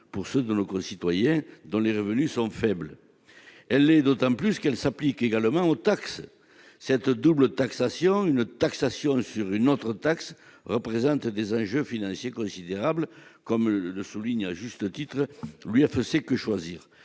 pour ceux de nos concitoyens dont les revenus sont faibles. Elle l'est d'autant plus qu'elle s'applique également aux taxes. Cette double taxation- une taxe sur une autre taxe -représente des enjeux financiers considérables, comme le souligne à juste titre l'UFC-Que Choisir